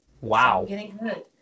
Wow